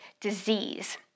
disease